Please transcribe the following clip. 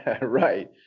Right